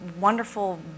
wonderful